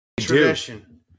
tradition